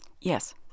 Yes